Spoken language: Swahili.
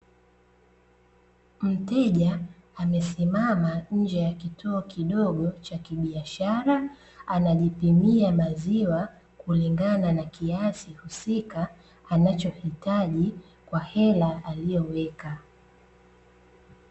Mteja amesimama nje ya kituo kidogo cha kibiashara, anajipimia maziwa kulingana na kiasi husika anachohitaji, kwa hela aliyoweka.